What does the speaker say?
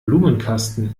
blumenkasten